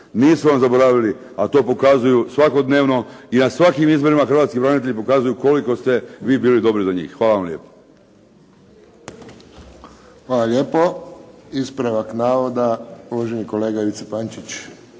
Nismo vam zaboravili, a to pokazuju svakodnevno i na svakim izborima hrvatski branitelji pokazuju koliko ste vi bili dobro za njih. Hvala vam lijepo. **Friščić, Josip (HSS)** Hvala lijepo. Ispravak navoda, uvaženi kolega Ivica Pančić.